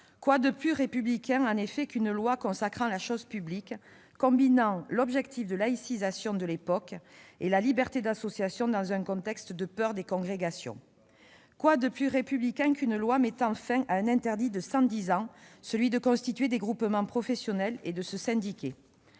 Quoi de plus républicain, en effet, qu'une loi qui, consacrant la chose publique, combinait l'objectif de laïcisation tel qu'il était recherché à l'époque et la liberté d'association, dans un contexte de peur des congrégations ? Quoi de plus républicain qu'une loi mettant fin à un interdit de 110 ans, celui de constituer des groupements professionnels et de se syndiquer ?